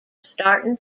starting